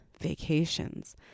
vacations